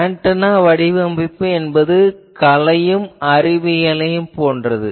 antenna வடிவமைப்பு என்பது கலையும் அறிவியலையும் போன்றது